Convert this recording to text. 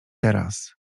teraz